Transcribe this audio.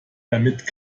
damit